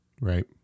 Right